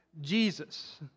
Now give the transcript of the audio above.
Jesus